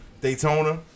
Daytona